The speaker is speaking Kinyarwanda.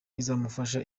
izamufasha